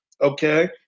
okay